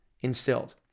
instilled